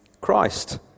Christ